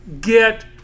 get